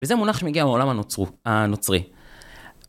וזה מונח שמגיע מעולם הנוצרי